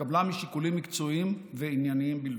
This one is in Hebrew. התקבלה משיקולים מקצועיים וענייניים בלבד.